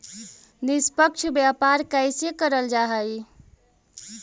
निष्पक्ष व्यापार कइसे करल जा हई